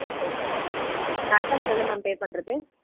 okay ma'am நான் advance எவ்வளோ ma'am பேப் பண்ணுறது